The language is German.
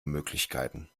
möglichkeiten